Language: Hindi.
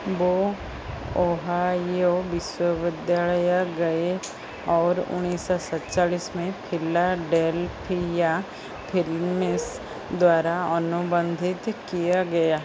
वे ओहायो विश्वविद्यालया गए और उन्नीस सौ सेच्चालिस में फिलाडेल्फिया फिलिस द्वारा अनुबंधित किया गया